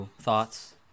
Thoughts